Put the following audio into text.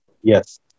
Yes